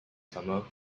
summer